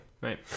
right